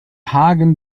hagen